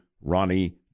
Ronnie